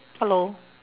hello